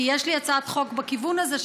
כי יש לי הצעת חוק בכיוון הזה,